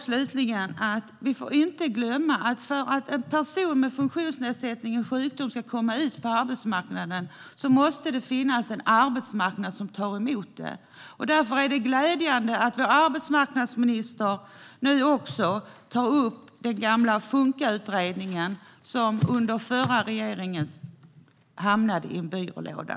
Slutligen får vi inte glömma: För att personer med funktionsnedsättning eller sjukdom ska komma ut på arbetsmarknaden måste det finnas en arbetsmarknad som tar emot dem. Därför är det glädjande att vår arbetsmarknadsminister nu tar upp den gamla Funkautredningen, som under den förra regeringen hamnade i en byrålåda.